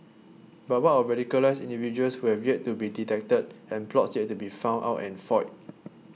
but what of radicalised individuals who have yet to be detected and plots yet to be found out and foiled